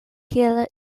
kiel